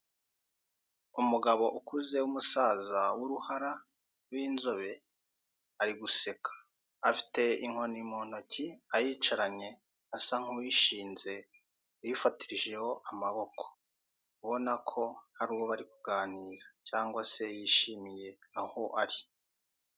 Umugabo ukuze, w'umusaza, w'inzobe, ari guseka. Afite inkoni mu ntoki, ayicaranye, asa nk'uyishinze, uyifatirijeho amaboko. Ubona ho hari uwo bari kuganira cyangwa se yishimiye aho ari.